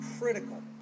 critical